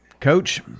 Coach